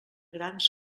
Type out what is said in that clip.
grans